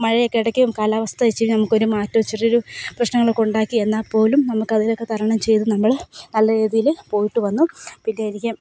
മഴയൊക്കെ ഇടയ്ക്കും കാലാവസ്ഥ വച്ച് നമുക്കൊരു മാറ്റൊരു ഇത്തിരിയൊരു പ്രശ്നങ്ങളൊക്കെ ഉണ്ടാക്കി എന്നാൽപ്പോലും നമുക്കതിലൊക്കെ തരണം ചെയ്ത് നമ്മൾ നല്ല രീതിയിൽ പോയിട്ട് വന്നു പിന്നെ എനിക്കും